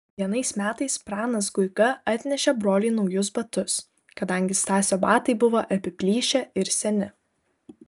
vienais metais pranas guiga atnešė broliui naujus batus kadangi stasio batai buvo apiplyšę ir seni